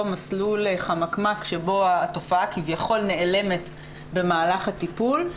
מסלול חמקמק שבו התופעה כביכול נעלמת במהלך הטיפול.